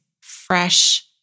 fresh